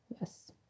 yes